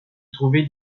trouvait